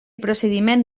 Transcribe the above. procediment